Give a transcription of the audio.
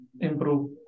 improve